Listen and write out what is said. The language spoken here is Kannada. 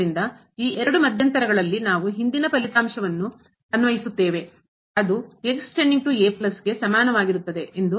ಆದ್ದರಿಂದ ಈ ಎರಡು ಮಧ್ಯಂತರಗಳಲ್ಲಿ ನಾವು ಹಿಂದಿನ ಫಲಿತಾಂಶವನ್ನು ಅನ್ವಯಿಸುತ್ತೇವೆ ಅದು ಗೆ ಸಮಾನವಾಗಿರುತ್ತದೆ ಎಂದು